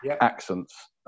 accents